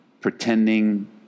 pretending